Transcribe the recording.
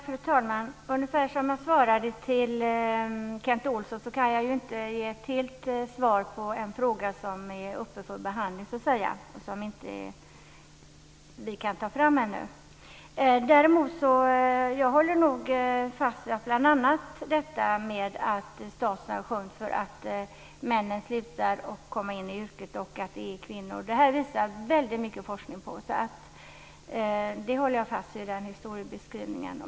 Fru talman! Som jag sade till Kent Olsson kan jag inte ge ett fullständigt svar på en fråga som är uppe till behandling. Jag håller fast vid att statusen sjunker när männen upphör att komma in i yrket. Det är väldigt mycket forskning som visar på detta. Så jag håller fast vid min historieskrivning.